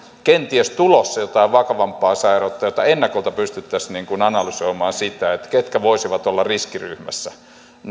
kenties tulossa jotain vakavampaa sairautta jotta ennakolta pystyttäisiin analysoimaan sitä ketkä voisivat olla riskiryhmässä